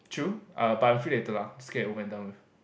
true uh but I'm free later lah just get it over and done with